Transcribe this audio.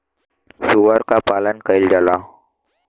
सूअर क पालन कइल जाला